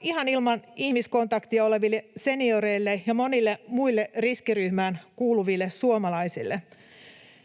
ihan ilman ihmiskontakteja oleville senioreille ja monille muille riskiryhmään kuuluville suomalaisille.